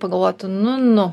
pagalvoti nu nu